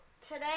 Today